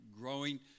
growing